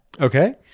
Okay